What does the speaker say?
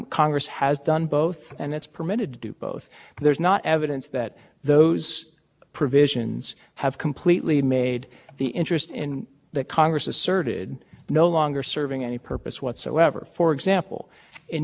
their access to distort the awarding of the system through the competitive process they didn't complete the contract well it was over two hundred million dollars over budget and had to be it broke down had to be scrapped with